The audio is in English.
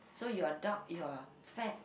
so you are doubt you are fat